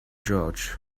george